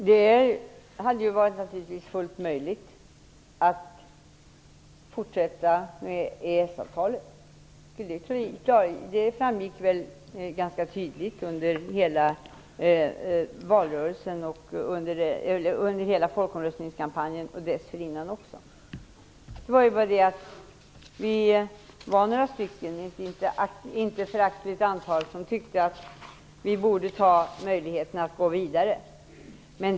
Fru talman! Det hade naturligtvis varit fullt möjligt att fortsätta med EES-avtalet. Det framgick väl ganska tydligt under hela folkomröstningskampanjen och även dessförinnan. Men vi var ett inte föraktligt antal som tyckte att Sverige borde utnyttja möjligheten att gå vidare.